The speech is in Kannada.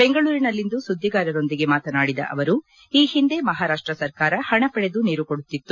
ಬೆಂಗೂರಿನಲ್ಲಿಂದು ಸುದ್ದಿಗಾರರೊಂದಿಗೆ ಮಾತನಾಡಿದ ಅವರು ಈ ಹಿಂದೆ ಮಹಾರಾಷ್ಟ ಸರ್ಕಾರ ಹಣ ಪಡೆದು ನೀರು ಕೊಡುತ್ತಿತ್ತು